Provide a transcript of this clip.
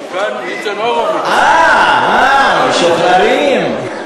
אה, משוחררים.